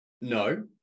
no